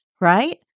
right